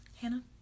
Hannah